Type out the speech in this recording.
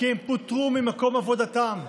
כי הם פוטרו ממקום עבודתם.